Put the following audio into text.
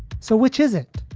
so which is it?